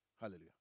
Hallelujah